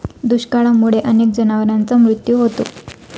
दुष्काळामुळे अनेक जनावरांचा मृत्यू होतो